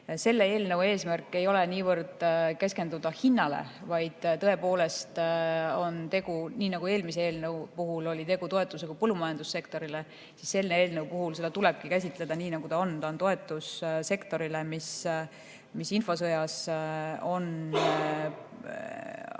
Selle eelnõu eesmärk ei ole niivõrd keskenduda hindadele, vaid tõepoolest, nii nagu eelmise eelnõu puhul oli tegu toetusega põllumajandussektorile, tuleb selle eelnõu puhul seda käsitada nii, nagu asi on. See on toetus sektorile, mis infosõjas on